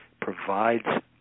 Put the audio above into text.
provides